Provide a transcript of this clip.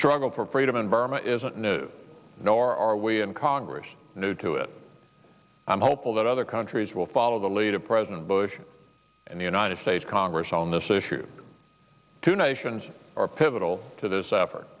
struggle for freedom in burma isn't new nor are we in congress new to it i'm hopeful that other countries will follow the lead of president bush and the united states congress on this issue tonight sions or pivotal to this effort